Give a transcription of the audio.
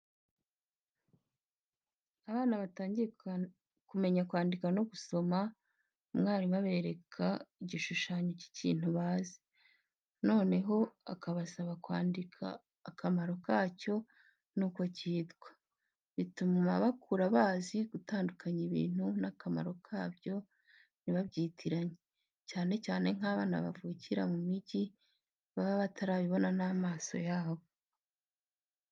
Abana batangiye kumenya kwandika no gusoma, umwarimu abereka igishushanyo cy'ikintu bazi, noneho akabasaba kwandika akamaro kacyo n'uko cyitwa. Bituma bakura bazi gutandukanya ibintu n'akamaro kabyo ntibabyitiranye, cyane cyane nk'abana bavukira mu mijyi baba batarabibona n'amaso yabo.